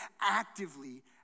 actively